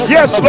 Yes